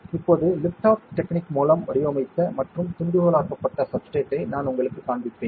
இப்போது lift off technique மூலம் வடிவமைத்த மற்றும் துண்டுகளாக்கப்பட்ட சப்ஸ்ட்ரேட்டை நான் உங்களுக்குக் காண்பிப்பேன்